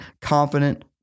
confident